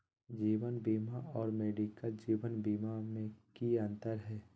जीवन बीमा और मेडिकल जीवन बीमा में की अंतर है?